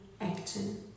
action